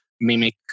mimic